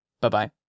bye-bye